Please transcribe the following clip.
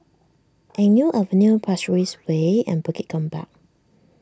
Eng Neo Avenue Pasir Ris Way and Bukit Gombak